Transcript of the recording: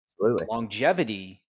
Longevity